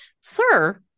Sir